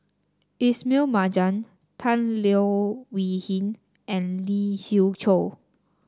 Ismail Marjan Tan Leo Wee Hin and Lee Siew Choh